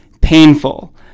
painful